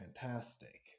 fantastic